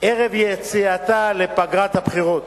ערב יציאתה לפגרת הבחירות.